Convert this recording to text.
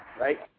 right